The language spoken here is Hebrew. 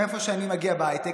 מאיפה שאני מגיע בהייטק,